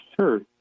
Sure